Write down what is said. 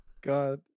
god